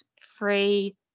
free